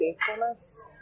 faithfulness